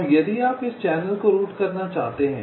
अब यदि आप इस चैनल को रूट करना चाहते हैं